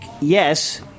Yes